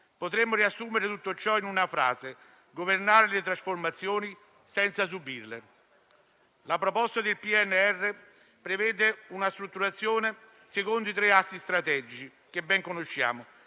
Potremmo riassumere tutto ciò in una frase: governare le trasformazioni senza subirle. La proposta del PNRR prevede una strutturazione secondo i tre assi strategici che ben conosciamo: